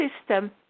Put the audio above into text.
system